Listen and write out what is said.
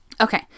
Okay